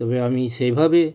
তবে আমি সেভাবে